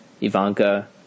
Ivanka